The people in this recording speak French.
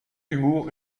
humour